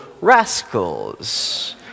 Rascals